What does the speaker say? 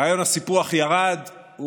רעיון הסיפוח ירד,